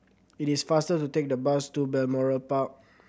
it is faster to take the bus to Balmoral Park